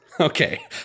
Okay